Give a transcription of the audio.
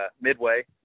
Midway